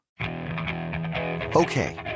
Okay